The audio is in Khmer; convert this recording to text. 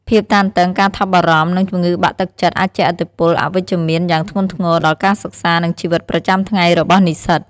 ភាពតានតឹង ការថប់បារម្ភ និងជំងឺបាក់ទឹកចិត្តអាចជះឥទ្ធិពលអវិជ្ជមានយ៉ាងធ្ងន់ធ្ងរដល់ការសិក្សា និងជីវិតប្រចាំថ្ងៃរបស់និស្សិត។